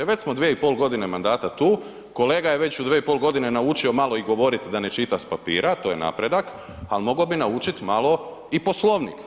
Već smo 2,5 godine mandata tu, kolega je već u 2,5 godine naučio malo i govoriti da ne čita s papira, to je napredak ali mogao bi naučiti malo i Poslovnik.